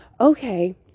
okay